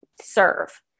serve